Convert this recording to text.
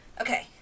Okay